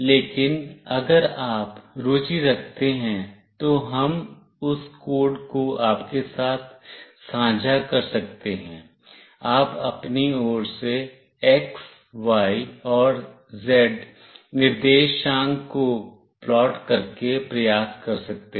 लेकिन अगर आप रुचि रखते हैं तो हम उस कोड को आपके साथ सांझा कर सकते हैं आप अपनी ओर से x y और z निर्देशांक को प्लॉट करके प्रयास कर सकते हैं